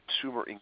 consumer